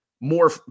more